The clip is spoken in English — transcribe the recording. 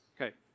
Okay